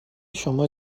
شما